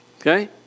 okay